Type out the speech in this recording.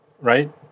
right